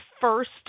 first